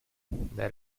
that